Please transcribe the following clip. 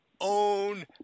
own